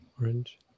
orange